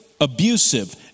abusive